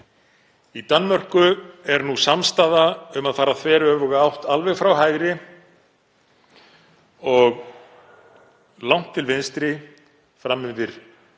Í Danmörku er samstaða um að fara í þveröfuga átt, alveg frá hægri og langt til vinstri, fram yfir